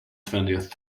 twentieth